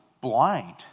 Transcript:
blind